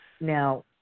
Now